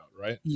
Right